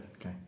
Okay